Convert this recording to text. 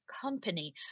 company